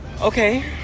okay